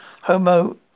Homo